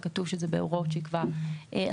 וכתוב שזה בהוראות שיקבע השר.